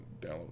Download